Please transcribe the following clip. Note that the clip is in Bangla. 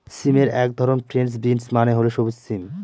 সিমের এক ধরন ফ্রেঞ্চ বিনস মানে হল সবুজ সিম